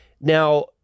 Now